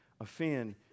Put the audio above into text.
offend